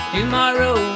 Tomorrow